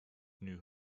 knew